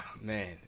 Man